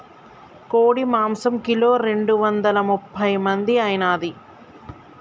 కోడి మాంసం కిలో రెండు వందల ముప్పై మంది ఐనాది